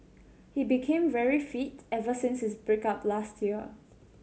he became very fit ever since his break up last year